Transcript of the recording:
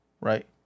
right